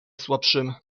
słabszym